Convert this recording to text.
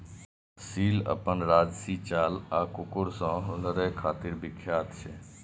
असील अपन राजशी चाल आ कुकुर सं लड़ै खातिर विख्यात छै